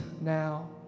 now